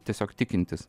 tiesiog tikintis